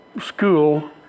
school